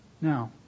Now